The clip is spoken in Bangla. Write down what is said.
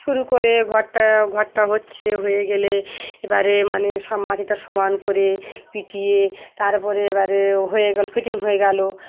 শুরু করে ঘরটা ঘরটা হচ্ছে হয়ে গেলে এবারে মানে সব মাটিটা সমান করে পিটিয়ে তারপরে এবারে হয়ে গেলো ফিটিং হয়ে গেলো